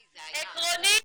עקרונית,